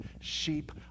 sheep